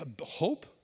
hope